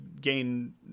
gain